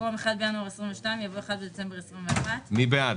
במקום 84.04 יבוא 90. מי בעד?